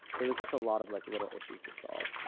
there was just a lot of, like, little issues to solve.